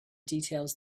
details